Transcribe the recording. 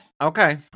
Okay